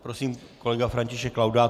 Prosím, kolega František Laudát.